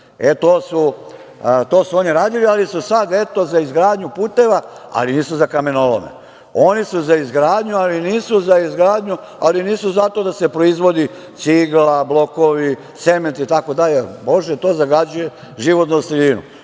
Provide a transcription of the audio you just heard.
to su oni radili, ali su sad, eto, za izgradnju puteva, ali nisu za kamenolome. Oni su za izgradnju, ali nisu za izgradnju, ali nisu zato da se proizvodi cigla, blokovi, cement itd. Bože to zagađuje životnu sredinu.